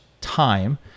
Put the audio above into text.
time